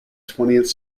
twentieth